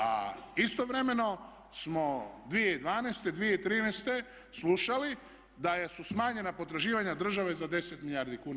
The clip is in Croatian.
A istovremeno smo 2012., 2013. slušali da su smanjena potraživanja države za 10 milijardi kuna.